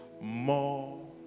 more